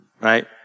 Right